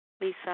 Lisa